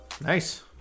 Nice